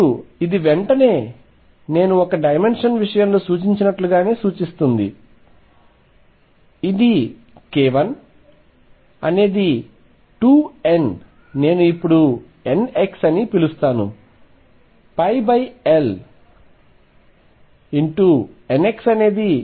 మరియు ఇది వెంటనే నేను ఒక డైమెన్షన్ విషయంలో సూచించినట్లుగానే సూచిస్తుంది ఇది k1అనేది 2 n నేను ఇప్పుడు nx అని పిలుస్తానుL